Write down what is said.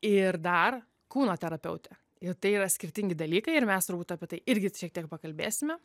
ir dar kūno terapeutė ir tai yra skirtingi dalykai ir mes rūta apie tai irgi šiek tiek pakalbėsime